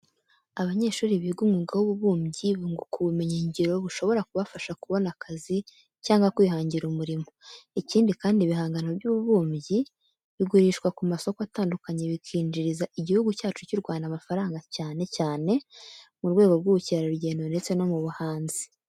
Abanyeshuri biga umwuga w'ububumbyi bunguka ubumenyingiro bushobora kubafasha kubona akazi cyangwa kwihangira umurimo. Ikindi kandi ibihangano by'ububumbyi bigurishwa ku masoko atandukanye bikinjiriza Igihugu cyacu cy'u Rwanda amafaranga cyane cyane, mu rwego rw'ubukerarugendo ndetse no mu buhanzi.